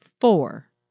four